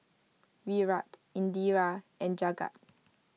Virat Indira and Jagat